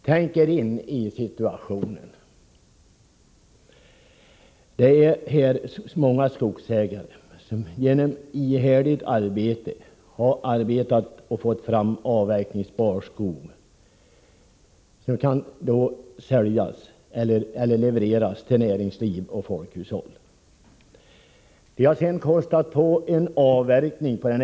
Tänk er in i situationen: Det gäller här många skogsägare, som genom ihärdigt arbete har fått fram avverkningsbar skog som kan levereras till näringsliv och folkhushåll. De har sedan kostat på avverkning av skogen.